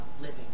living